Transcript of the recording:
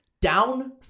Down